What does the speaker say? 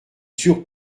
sûre